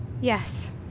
Yes